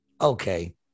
Okay